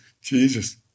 Jesus